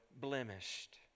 blemished